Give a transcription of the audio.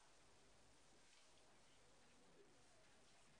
אני אנסה להיות עדין עד כמה שאני יכול.